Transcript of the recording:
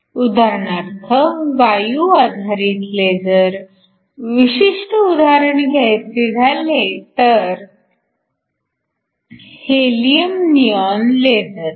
उदाहरणार्थ वायू आधारित लेझर विशिष्ट उदाहरण घ्यायचे तर हेलियम निऑन लेझर